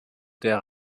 der